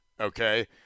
okay